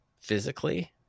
physically